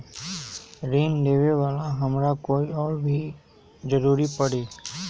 ऋन लेबेला हमरा कोई और के भी जरूरत परी?